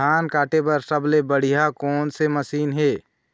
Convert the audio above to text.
धान काटे बर सबले बढ़िया कोन से मशीन हे?